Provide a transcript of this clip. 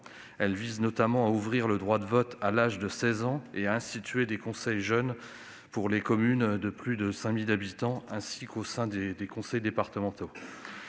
Elle vise notamment à ouvrir le droit de vote dès l'âge de 16 ans et à instituer des conseils de jeunes dans les communes de plus de 5 000 habitants, ainsi qu'au sein des conseils départementaux.